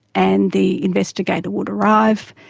and the investigator would arrive,